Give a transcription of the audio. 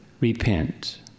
Repent